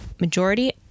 majority